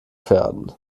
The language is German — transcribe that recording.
pferden